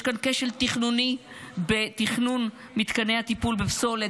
יש כאן כשל תכנוני בתכנון מתקני הטיפול בפסולת,